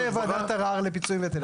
--- זה ועדת ערר לפיצויים.